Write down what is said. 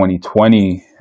2020